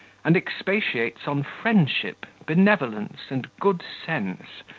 and expatiates on friendship, benevolence, and good sense,